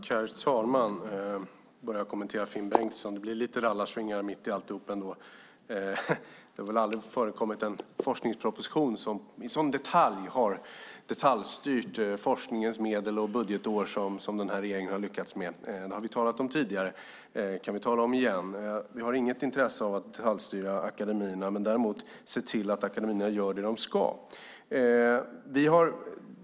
Herr talman! Jag börjar med att kommentera det Finn Bengtsson sade. Det blev lite rallarsving mitt upp i alltihop. Det har väl aldrig förekommit en forskningsproposition som så detaljstyrt forskningens medel och budgetår som den här regeringen har lyckats med. Det har vi talat om tidigare, och det kan vi tala om igen. Vi har inget intresse av att detaljstyra akademierna men däremot av att se till att de gör vad de ska.